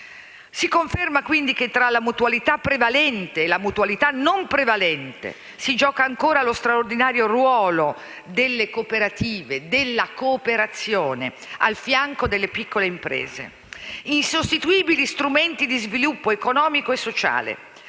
Si conferma che tra la mutualità prevalente e la mutualità non prevalente si gioca ancora lo straordinario ruolo delle cooperative, della cooperazione al fianco delle piccole imprese, insostituibili strumenti di sviluppo economico e sociale.